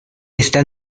está